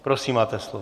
Prosím, máte slovo.